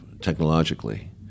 technologically